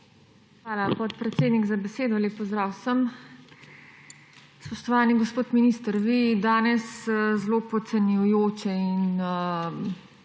Hvala, podpredsednik, za besedo. Lep pozdrav vsem! Spoštovani gospod minister, vi danes zelo podcenjujoče in,